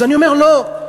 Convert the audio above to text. אז אני אומר, לא,